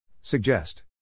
Suggest